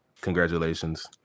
congratulations